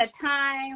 time